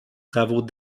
travaux